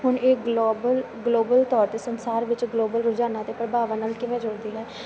ਹੁਣ ਇਹ global global ਤੌਰ 'ਤੇ ਸੰਸਾਰ ਵਿੱਚ ਗਲੋਬਲ ਰੁਝਾਨਾਂ ਅਤੇ ਪ੍ਰਭਾਵਾਂ ਨਾਲ ਕਿਵੇਂ ਜੁੜਦੀ ਹੈ